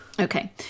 Okay